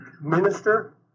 minister